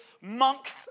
monk's